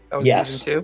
Yes